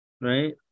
right